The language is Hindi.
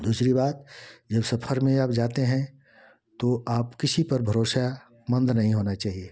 दूसरी बात जब सफर में आप जाते हैं तो आप किसी पर भरोसेमंद नहीं होना चाहिये